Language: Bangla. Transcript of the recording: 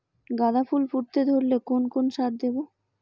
গাদা ফুল ফুটতে ধরলে কোন কোন সার দেব?